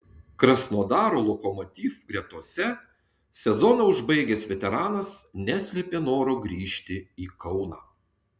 krasnodaro lokomotiv gretose sezoną užbaigęs veteranas neslėpė noro grįžti į kauną